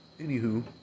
Anywho